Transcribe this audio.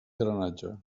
drenatge